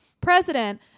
president